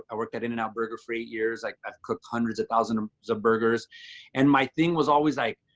i worked at in and out burger for eight years. like i cooked hundreds of thousands of burgers and my thing was always like,